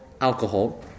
alcohol